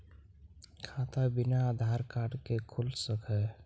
खाता बिना आधार कार्ड के खुल सक है?